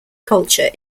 culture